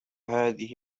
هذه